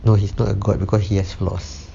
no he's not a god because he has flaws